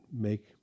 make